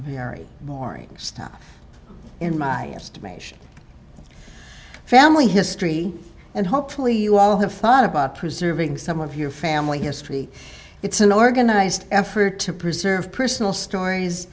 very boring stuff in my estimation family history and hopefully you all have thought about preserving some of your family history it's an organized effort to preserve personal stories